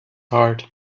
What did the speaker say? heart